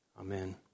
Amen